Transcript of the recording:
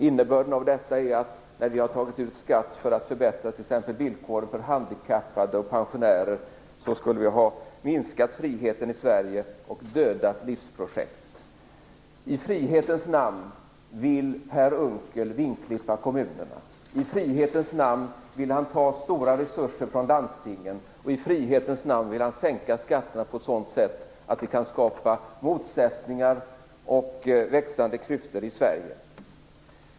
Innebörden av detta är att vi, när vi har tagit ut skatt för att förbättra villkoren för t.ex. handikappade och pensionärer, skulle ha minskat friheten i I frihetens namn vill Per Unckel vingklippa kommunerna. I frihetens namn vill ha ta stora resurser från landstingen. I frihetens namn vill han sänka skatterna på ett sådant sätt att det kan skapa motsättningar och växande klyftor i Sverige.